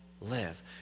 live